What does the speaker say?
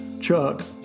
Chuck